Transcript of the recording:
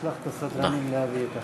תודה.